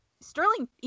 Sterling